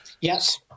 Yes